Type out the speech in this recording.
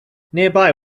nearby